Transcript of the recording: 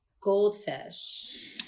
goldfish